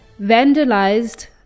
vandalized